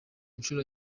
nshuro